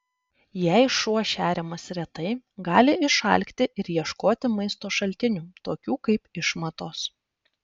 jei šuo šeriamas retai gali išalkti ir ieškoti maisto šaltinių tokių kaip išmatos